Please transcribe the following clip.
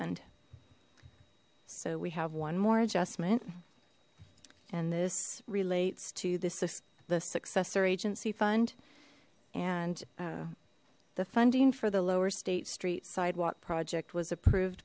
fund so we have one more adjustment and this relates to this the successor agency fund and the funding for the lower state street sidewalk project was approved